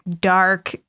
dark